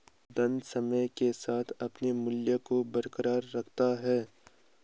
धन समय के साथ अपने मूल्य को बरकरार रखता है